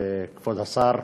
כבוד השר,